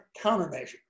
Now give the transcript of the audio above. countermeasure